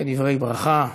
ודברי ברכה.